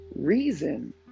reason